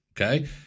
okay